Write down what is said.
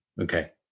okay